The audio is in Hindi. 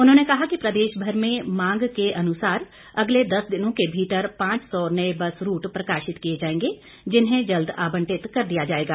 उन्होंने कहा कि प्रदेश भर में मांग के अनुसार अगले दस दिनों के भीतर पांच सौ नए बस रूट प्रकाशित किए जाएंगे जिन्हें जल्द आबंटित कर दिया जाएगा